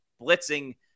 blitzing